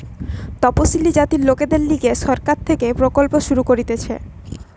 তপসিলি জাতির লোকদের লিগে সরকার থেকে প্রকল্প শুরু করতিছে